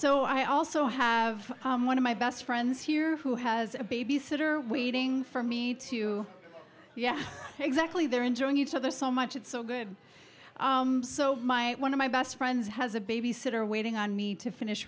so i also have one of my best friends here who has a babysitter waiting for me to yeah exactly they're enjoying each other so much it's so good so my one of my best friends has a babysitter waiting on me to finish